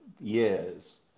years